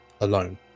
alone